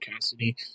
Cassidy